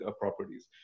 properties